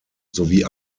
sowie